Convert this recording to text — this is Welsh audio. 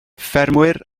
ffermwyr